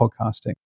podcasting